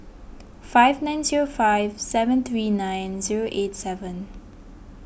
five nine zero five seven three nine zero eight seven